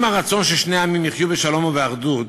עם הרצון ששני העמים יחיו בשלום ובאחדות,